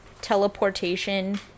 teleportation